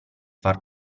far